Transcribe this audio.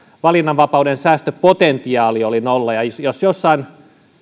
valinnanvapauden säästöpotentiaali oli nolla jos jossain